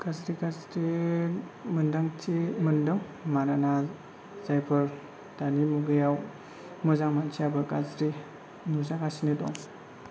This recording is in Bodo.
गाज्रि गाज्रि मोन्दांथि मोन्दों मानोना जायफोर दानि मुगायाव मोजां मानसियाबो गाज्रि नुजागासिनो दं